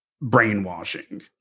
brainwashing